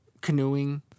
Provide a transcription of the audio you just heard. canoeing